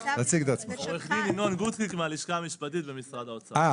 עו"ד ינון גוטגליק מהלשכה המשפטית במשרד האוצר.